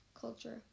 culture